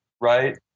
right